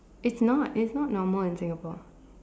it's not it's not normal in Singapore